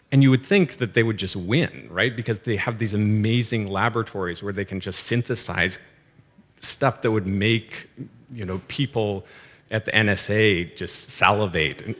and you would think that they would just win, right, because they have these amazing laboratories where they can just synthesize stuff that would make you know people at the and nsa just salivate. and